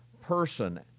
person